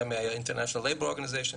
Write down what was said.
מה- International Labor Organization,